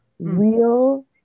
real